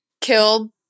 killed